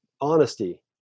honesty